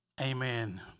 amen